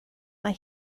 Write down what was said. mae